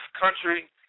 country